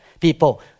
People